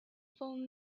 phone